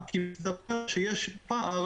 יש פער,